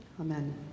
Amen